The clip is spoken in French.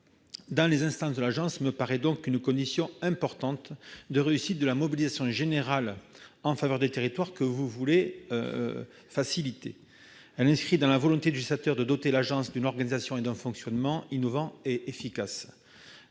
dans les instances de l'agence est une condition essentielle de réussite de la mobilisation générale en faveur des territoires. Elle s'inscrit dans la volonté du législateur de doter l'agence d'une organisation et d'un fonctionnement innovant et efficace.